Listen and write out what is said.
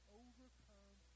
overcome